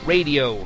Radio